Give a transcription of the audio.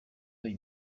œil